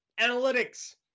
analytics